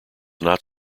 not